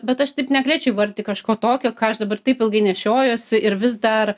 bet aš taip negalėčiau įvardyti kažko tokio ką aš dabar taip ilgai nešiojuosi ir vis dar